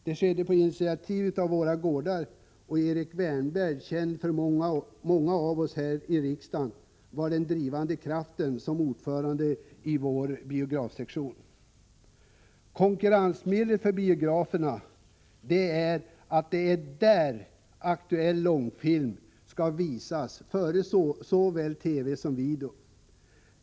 Det skedde på initiativ av Våra Gårdar, och Erik Wärnberg, känd för många av oss här i riksdagen, var den drivande kraften som ordförande i vår biografsektion. Konkurrensmedlet för biograferna är att det är där som aktuella långfilmer skall visas, före såväl TV som video.